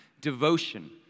devotion